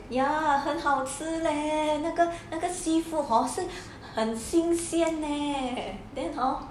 ya 很好吃 leh 那个那个 seafood hor 是很新鲜 leh then hor